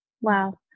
Wow